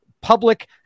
public